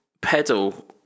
pedal